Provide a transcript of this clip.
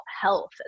health